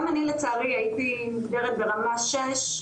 גם אני לצערי הייתי מוגדרת ברמה שש.